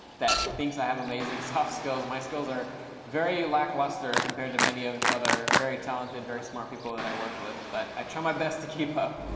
thinks i have amazing soft skills. my skills are very lackluster compared to many of the other very talented, very smart people that i work with. but i try my best to keep up.